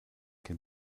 can